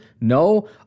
No